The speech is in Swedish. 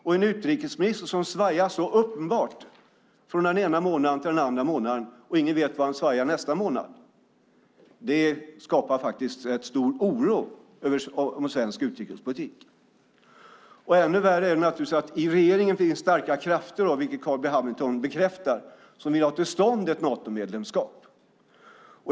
När en utrikesminister svajar så uppenbart från den ena månaden till den andra och ingen vet vart han svajar nästa månad skapar det stor oro för svensk utrikespolitik. Ännu värre är naturligtvis att det i regeringen finns starka krafter som vill få till stånd ett Natomedlemskap, vilket Carl B Hamilton bekräftar.